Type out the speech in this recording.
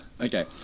Okay